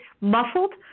muffled